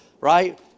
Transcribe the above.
right